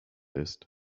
ist